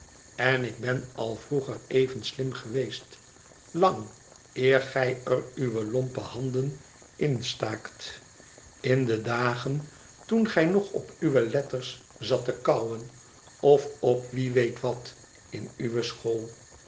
en ik ben al vroeger even slim geweest lang eer gij er uwe lompe handen in staakt in de dagen toen gij nog op uwe letters zat te kauwen of op wie weet wat in uwe school